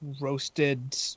roasted